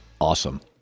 awesome